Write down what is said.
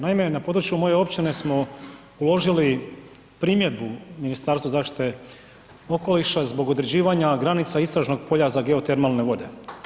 Naime, na području moje općine smo uložili primjedbu Ministarstvu zaštite okoliša zbog određivanja granica istražnog polja za geotermalne vode.